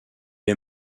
est